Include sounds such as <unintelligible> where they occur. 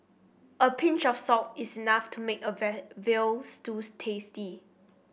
a pinch of salt is enough to make a <unintelligible> veal stew tasty